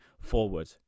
forward